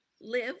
live